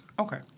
Okay